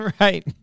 Right